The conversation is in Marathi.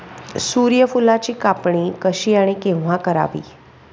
सूर्यफुलाची कापणी कशी आणि केव्हा करावी?